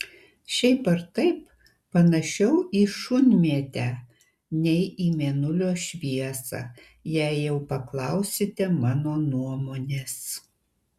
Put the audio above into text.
šiaip ar taip panašiau į šunmėtę nei į mėnulio šviesą jei jau paklausite mano nuomonės